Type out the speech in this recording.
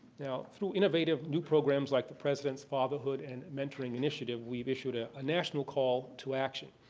now, through innovative new programs like the president's fatherhood and mentoring initiative, we've issued a national call to action.